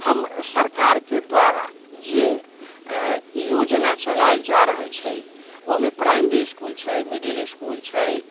हम सरकारके द्वारा जे योजना चलाएल जा रहल छै ओहिमे प्राइमरी इसकुल छै मिडिल इसकुल छै